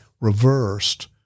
reversed